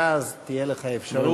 ואז תהיה לך אפשרות.